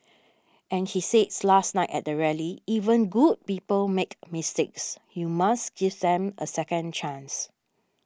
and he says last night at the rally even good people make mistakes you must give them a second chance